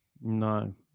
No